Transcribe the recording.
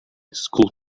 school